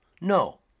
No